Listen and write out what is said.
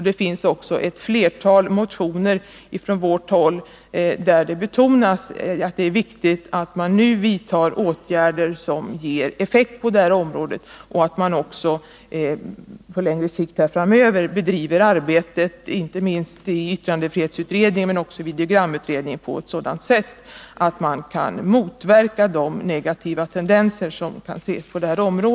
Det föreligger också ett flertal motioner från vårt håll där det betonas att det är viktigt att nu vidta åtgärder som ger effekt och att man också på längre sikt, inte minst i yttrandefrihetsutredningen men också i videogramutredningen, bedriver arbetet på ett sådant sätt att man kan motverka de negativa tendenser som kan ses här.